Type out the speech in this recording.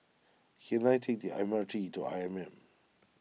can I take the M R T to I M M